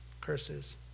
curses